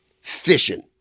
fishing